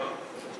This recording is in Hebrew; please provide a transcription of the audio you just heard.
לא.